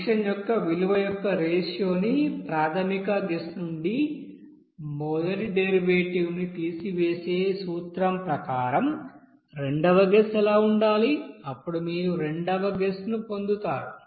function విలువ యొక్క ratio ని ప్రాథమిక గెస్ నుండి మొదటి డెరివేటివ్ ని తీసివేసే సూత్రం ప్రకారం రెండవ గెస్ ఎలా ఉండాలి అప్పుడు మీరు రెండవ గెస్ ను పొందుతారు